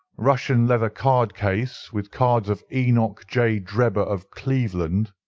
russian leather card-case, with cards of enoch j. drebber of cleveland,